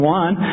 one